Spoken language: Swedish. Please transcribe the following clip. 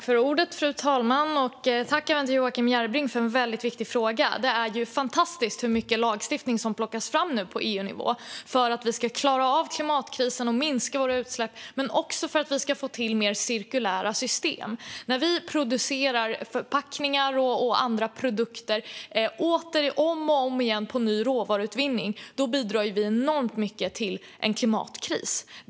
Fru talman! Jag tackar Joakim Järrebring för en viktig fråga. Det är fantastiskt hur mycket lagstiftning som tas fram på EU-nivå för att vi ska klara av klimatkrisen, minska våra utsläpp och få till mer cirkulära system. När vi producerar förpackningar och andra produkter om och om igen av ny råvaruutvinning bidrar vi enormt mycket till klimatkrisen.